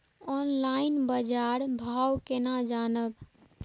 Online बाजार भाव केना जानब?